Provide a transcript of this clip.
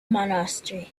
monastery